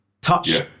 Touch